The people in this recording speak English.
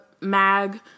Mag